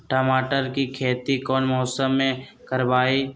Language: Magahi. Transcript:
टमाटर की खेती कौन मौसम में करवाई?